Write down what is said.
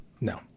No